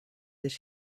that